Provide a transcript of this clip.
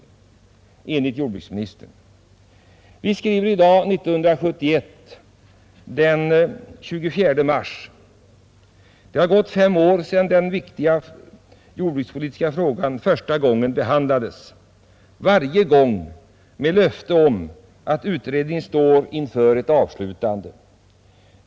Vi skriver i dag den 24 mars 1971. Det har gått fem år sedan denna viktiga jordbrukspolitiska fråga första gången behandlades, och varje gång har det utlovats att utredningen står inför ett avslutande.